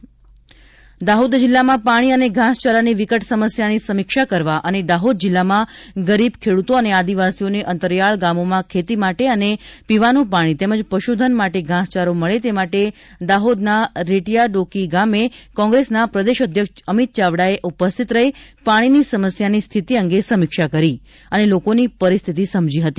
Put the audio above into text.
દાહોદ કોંગ્રેસ અધ્યક્ષ દાહોદ જિલ્લામાં પાણી અને ઘાસચારાની વિકટ સમસ્યાની સમીક્ષા કરવા અને દાહોદ જિલ્લામાં ગરીબ ખેડ્તો અને આદિવાસીઓ ને અંતરિયાળ ગામોમાં ખેતી માટે અને પીવાનું પાણી તેમજ પશુધન માટે ઘાસચારો મળે તે માટે દાહોદ ના રેટિયા ડોકી ગામે કૉંગ્રેસના પ્રદેશ અધ્યક્ષ અમિત ચાવડાએ ઉપસ્થિત રહી પાણીની સમસ્યાની સ્થિતિ અંગે સમીક્ષા કરી અને લોકોની પરિસ્થિતિ સમજી હતી